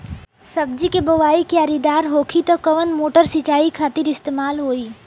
सब्जी के बोवाई क्यारी दार होखि त कवन मोटर सिंचाई खातिर इस्तेमाल होई?